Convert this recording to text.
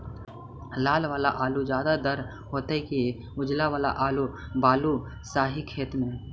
लाल वाला आलू ज्यादा दर होतै कि उजला वाला आलू बालुसाही खेत में?